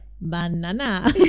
Banana